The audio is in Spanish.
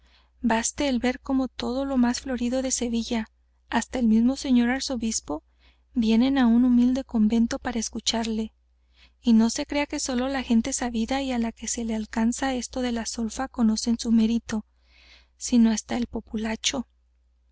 baste el ver como todo lo más florido de sevilla hasta el mismo señor arzobispo vienen á un humilde convento para escucharle y no se crea que solo la gente sabida y á la que se le alcanza esto de la solfa conocen su mérito sino que hasta el populacho